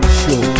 show